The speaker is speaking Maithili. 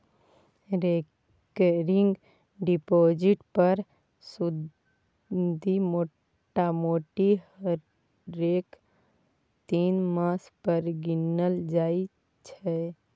रेकरिंग डिपोजिट पर सुदि मोटामोटी हरेक तीन मास पर गिनल जाइ छै